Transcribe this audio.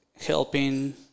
helping